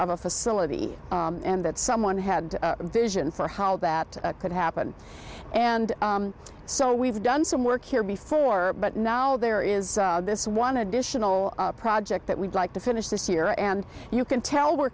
of a facility and that someone had a vision for how that could happen and so we've done some work here before but now there is this one additional project that we'd like to finish this year and you can tell we're